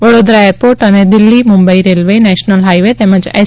Vadodara airport અને Delhi Mumbai railway national highway તેમજ S